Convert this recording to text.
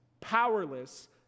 powerless